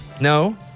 No